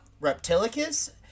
Reptilicus